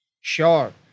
Sure